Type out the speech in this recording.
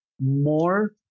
more